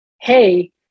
Hey